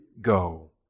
Go